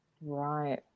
Right